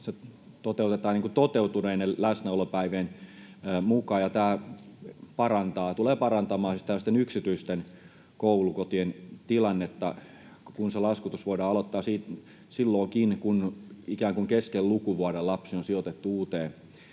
se toteutetaan toteutuneiden läsnäolopäivien mukaan. Tämä tulee parantamaan yksityisten koulukotien tilannetta, kun laskutus voidaan aloittaa silloinkin, kun ikään kuin kesken lukuvuoden lapsi on sijoitettu uuteen